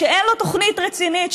שאין לו תוכנית רצינית,